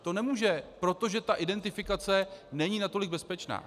To nemůže, protože ta identifikace není natolik bezpečná.